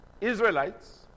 Israelites